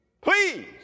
please